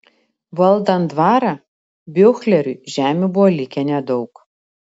valdant dvarą biuchleriui žemių buvo likę nedaug